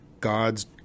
God's